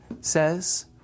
says